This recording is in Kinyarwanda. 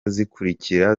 zikurikira